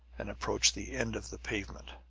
and approached the end of the pavement.